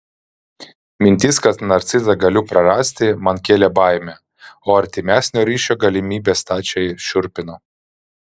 mintis kad narcizą galiu prarasti man kėlė baimę o artimesnio ryšio galimybė stačiai šiurpino